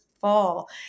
fall